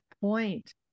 point